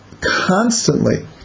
constantly